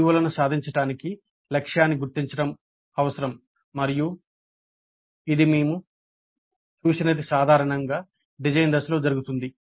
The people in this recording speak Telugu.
CO లను సాధించడానికి లక్ష్యాన్ని గుర్తించడం అవసరం మరియు ఇది మేము చూసినది సాధారణంగా డిజైన్ దశలో జరుగుతుంది